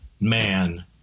man